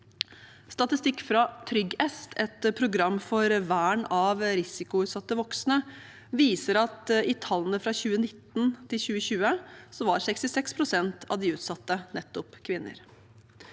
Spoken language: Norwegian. Statistikk fra TryggEst, et program for vern av risikoutsatte voksne, viser at i tallene fra 2019 til 2020 var 66 pst. av de utsatte nettopp kvinner.